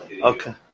Okay